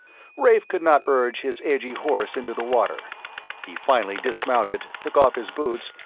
rafe could not urge his edgy horse into the water he finally dismounted, took off his boots,